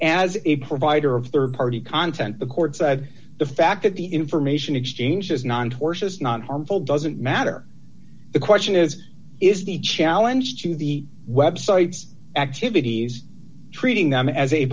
as a provider of rd party content the court said the fact that the information exchange is non tortious not harmful doesn't matter if the question is is the challenge to the websites activities treating them as a